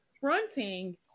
fronting